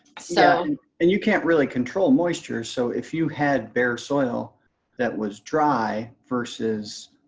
so and you can't really control moisture so if you had bare soil that was dry versus